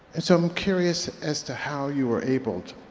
and so i'm curious as to how you were able